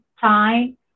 time